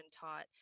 taught